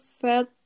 felt